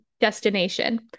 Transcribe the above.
destination